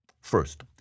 First